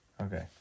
Okay